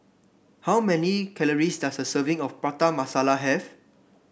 how many calories does a serving of Prata Masala have